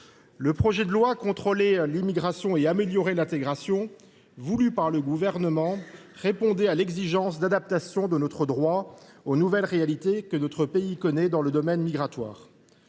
le projet de loi pour contrôler l’immigration, améliorer l’intégration, voulu par le Gouvernement, répondait à l’exigence d’adaptation de notre droit aux nouvelles réalités que notre pays connaît dans le domaine migratoire.